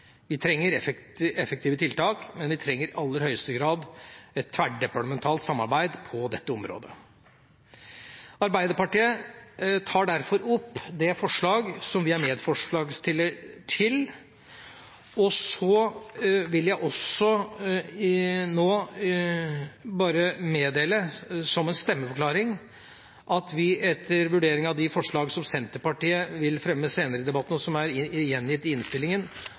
Vi trenger effektive tiltak, men vi trenger i aller høyeste grad et tverrdepartementalt samarbeid på dette området. Arbeiderpartiet tar derfor opp det forslaget som vi er medforslagsstiller til. Jeg vil også nå meddele som en stemmeforklaring at Arbeiderpartiet, etter en vurdering av de forslagene som Senterpartiet vil fremme senere i debatten, og som er gjengitt i